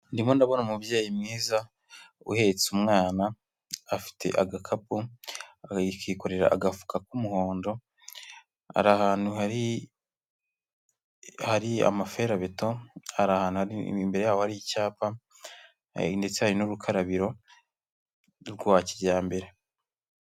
Ndimo ndabona umubyeyi mwiza uhetse umwana, afite agakapu, akikorera agafuka k'umuhondo, hari ahantu hari amafirabeto, hari ahantu imbere yabo ari icyapa ndetse hari n'urukarabiro rwa kijyambere.